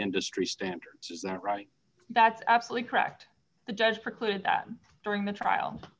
industry standard is that right that's absolutely correct the judge precluded that during the trial